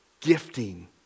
gifting